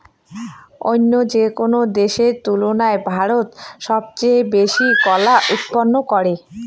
অইন্য যেকোনো দেশের তুলনায় ভারত সবচেয়ে বেশি কলা উৎপাদন করে